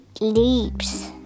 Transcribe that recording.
leaps